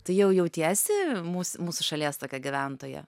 tu jau jautiesi mūs mūsų šalies tokia gyventoja